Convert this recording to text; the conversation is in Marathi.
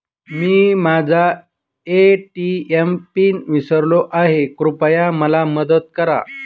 मी माझा ए.टी.एम पिन विसरलो आहे, कृपया मला मदत करा